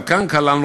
גם כאן כללנו,